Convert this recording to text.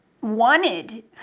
wanted